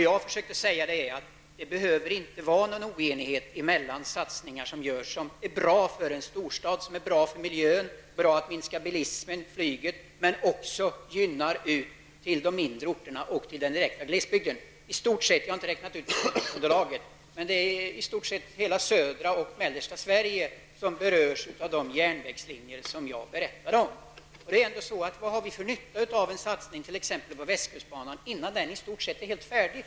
Jag försökte säga att det inte behöver vara någon oenighet mellan å ena sidan en satsning som är bra för en storstad och för miljön och som är bra när det gäller bilismen och flyget och å andra sidan en satsning som också gynnar de mindre orterna och den direkta glesbygden. Jag har inte räknat ut allt, men det är i stort sett hela södra och mellersta Sverige som berörs av de järnvägslinjer som jag har berättat om. Vad har vi för nytta av en satsning på t.ex. västkustbanan, innan den i stort sett är helt färdig?